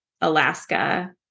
Alaska